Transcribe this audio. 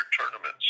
tournaments